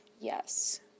Yes